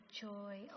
joy